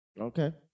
Okay